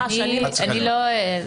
אני לא...